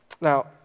Now